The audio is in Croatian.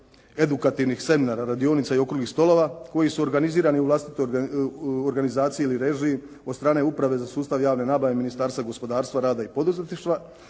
edukativnih seminara, radionica i okruglih stolova koji su organizirani u vlastitoj organizaciji ili režiji od strane uprave za sustav javne nabave Ministarstva gospodarstva, rada i poduzetništva,